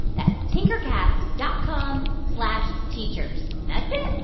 that's tinkercast dot com slash teachers. that's it.